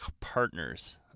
partners